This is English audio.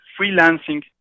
Freelancing